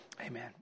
amen